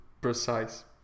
precise